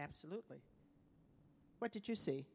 absolutely what did you see